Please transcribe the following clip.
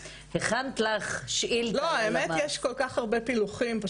האמת, יש כל כך הרבה פילוחים.